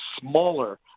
smaller